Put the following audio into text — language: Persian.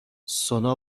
سونا